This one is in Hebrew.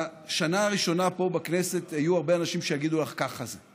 בשנה הראשונה פה בכנסת יהיו הרבה אנשים שיגידו לך: ככה זה.